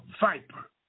viper